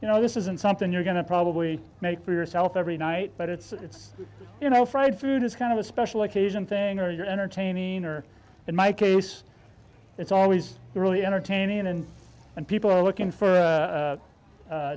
you know this isn't something you're going to probably make for yourself every night but it's it's you know fried food is kind of a special occasion thing or you're entertaining or in my case it's always really entertaining and and people are looking for